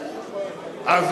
אל תיקח דוגמה ממצרים.